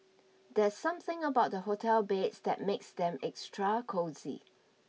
there's something about the hotel beds that makes them extra cosy